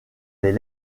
les